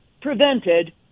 prevented